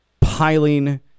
piling